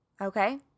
Okay